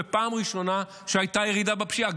ופעם ראשונה שהייתה ירידה בפשיעה,